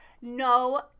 No